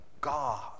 God